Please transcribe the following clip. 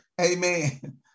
Amen